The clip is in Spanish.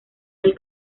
del